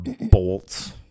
bolts